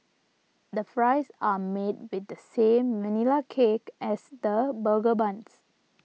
the fries are made with the same Vanilla Cake as the burger buns